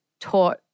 taught